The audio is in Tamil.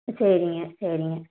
சரிங்க சரிங்க